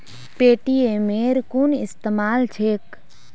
पेटीएमेर कुन इस्तमाल छेक